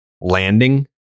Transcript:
landing